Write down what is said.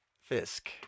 Fisk